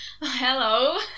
hello